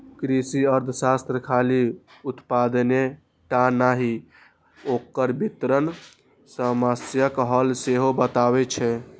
कृषि अर्थशास्त्र खाली उत्पादने टा नहि, ओकर वितरण समस्याक हल सेहो बतबै छै